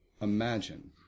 imagine